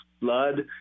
Blood